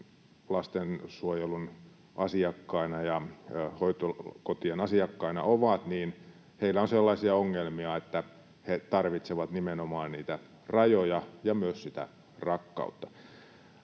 lastensuojelun asiakkaina ja hoitokotien asiakkaina ovat, on sellaisia ongelmia, että he tarvitsevat nimenomaan niitä rajoja ja myös sitä rakkautta.